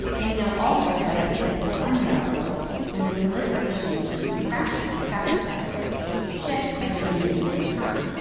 we know also that ideas of a one-drop rule and the proliferation and contraction of casta categories shift by region and over time.